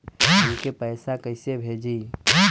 हमके पैसा कइसे भेजी?